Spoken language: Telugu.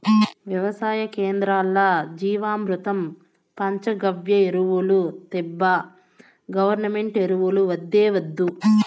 వెవసాయ కేంద్రాల్ల జీవామృతం పంచగవ్య ఎరువులు తేబ్బా గవర్నమెంటు ఎరువులు వద్దే వద్దు